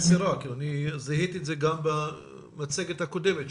זיהיתי את זה גם במצגת הקודמת,